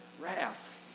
Wrath